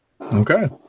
Okay